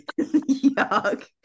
yuck